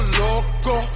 loco